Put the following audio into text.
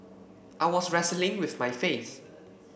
I was wrestling with my faith